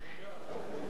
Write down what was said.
אני יודע שאתה בעד,